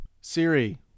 Siri